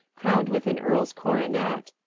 crowned with an earles coronet.